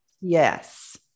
yes